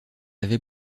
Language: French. avait